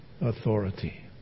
authority